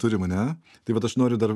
turim ane tai vat aš noriu dar